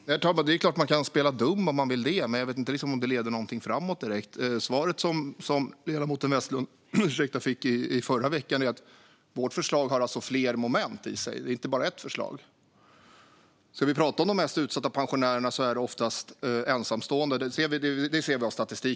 Herr talman! Det är klart att man kan spela dum om man vill, men jag vet inte om det leder fram till något. Det svar som ledamoten Westlund fick i förra veckan var att vårt förslag har flera moment i sig och att det inte bara är ett förslag. Vi ser i statistiken att de mest utsatta pensionärerna ofta är ensamstående.